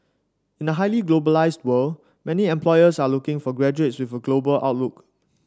in a highly globalised world many employers are looking for graduates with a global outlook